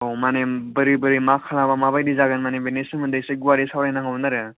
औ माने बोरै बोरै मा खालामबा माबायदि जागोन माने बेनि सोमोन्दै गुवारै सावरायनांगौमोन आरो